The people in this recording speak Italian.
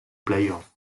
playoff